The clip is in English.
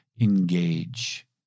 engage